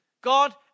God